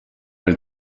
nel